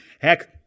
heck